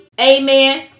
Amen